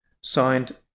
Signed